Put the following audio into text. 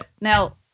Now